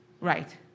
Right